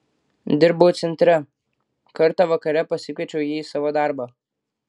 dirbau centre kartą vakare pasikviečiau jį į savo darbą